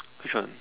which one